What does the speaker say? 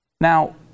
Now